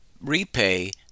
repay